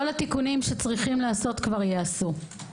כל התיקונים שצריכים להיעשות כבר ייעשו.